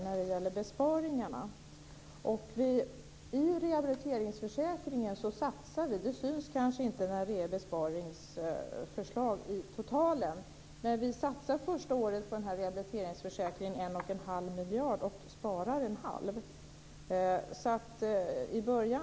Det syns kanske inte att vi satsar pengar på rehabiliteringsförsäkringen när vi föreslår besparingar totalt, men första året satsar vi 1 1⁄2 miljard och sparar 1⁄2 miljard.